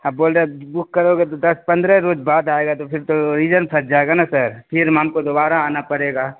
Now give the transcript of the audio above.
آپ بول رہے ہیں بک کروگے تو دس پندرہ روز بعد آئے گا تو پھر تو ریزن جائے گا نا سر پھر میں ہم کو دوبارہ آنا پرے گا